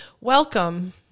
welcome